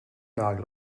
nagel